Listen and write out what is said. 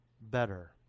better